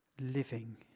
living